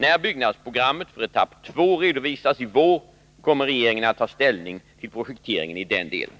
När byggnadsprogrammet för etapp 2 redovisas i vår kommer regeringen att ta ställning till projekteringen i den delen.